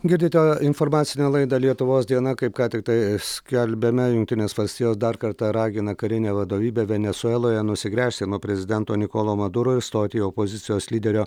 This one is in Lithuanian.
girdite informacinę laidą lietuvos diena kaip ką tiktai skelbėme jungtinės valstijos dar kartą ragina karinę vadovybę venesueloje nusigręžti nuo prezidento nikolo maduro ir stoti į opozicijos lyderio